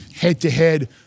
head-to-head